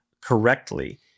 correctly